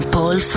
Paul